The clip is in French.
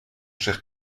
cher